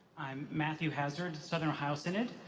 i'm matthew hazzard, southern ohio synod,